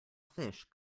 fish